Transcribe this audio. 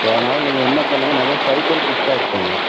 so அதனால் நீங்கள் என்ன பண்ணுங்கள் நிறைய ஃபைபர் ஃபுட்ஸாக எடுத்துகோங்க